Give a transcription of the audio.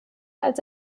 als